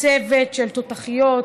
צוות של תותחיות,